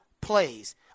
plays